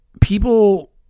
people